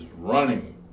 running